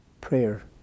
prayer